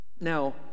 Now